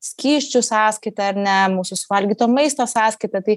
skysčių sąskaita ar ne mūsų suvalgyto maisto sąskaita tai